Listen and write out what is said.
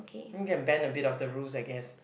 mm can bend a bit of the rules I guess